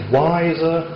wiser